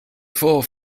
four